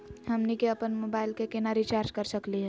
हमनी के अपन मोबाइल के केना रिचार्ज कर सकली हे?